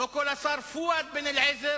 קול השר פואד בן-אליעזר,